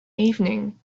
evening